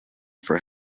for